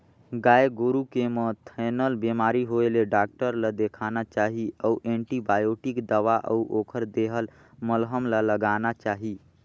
गाय गोरु के म थनैल बेमारी होय ले डॉक्टर ल देखाना चाही अउ एंटीबायोटिक दवा अउ ओखर देहल मलहम ल लगाना चाही